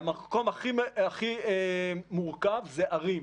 והמקום הכי מורכב זה ערים.